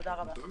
תודה רבה.